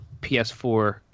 PS4